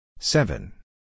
Seven